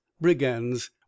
brigands